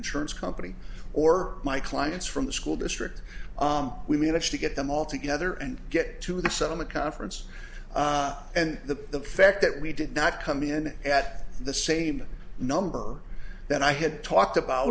insurance company or my clients from the school district we managed to get them all together and get to the settlement conference and the the fact that we did not come in at the same number that i had talked about